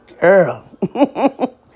Girl